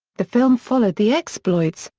the film followed the exploits,